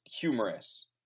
humorous